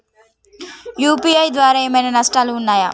UPI ద్వారా ఏమైనా నష్టాలు ఉన్నయా?